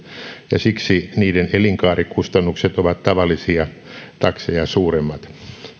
ja siksi niiden elinkaarikustannukset ovat tavallisia takseja suuremmat